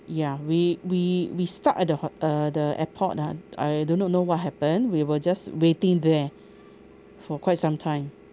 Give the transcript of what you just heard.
ya we we we stuck at the hot~ uh the airport ah I do not know what happen we were just waiting there for quite some time